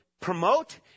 promote